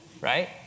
Right